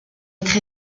être